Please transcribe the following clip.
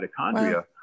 mitochondria